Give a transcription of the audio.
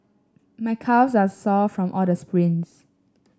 my calves are sore from all the sprints